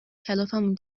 کلافمون